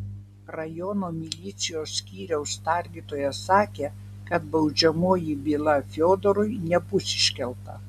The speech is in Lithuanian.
rajono milicijos skyriaus tardytojas sakė kad baudžiamoji byla fiodorui nebus iškelta